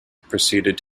proceeded